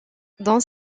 dans